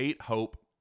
Hope